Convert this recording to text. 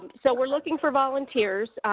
so we're looking for volunteers.